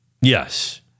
Yes